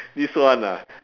this one ah